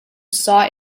saw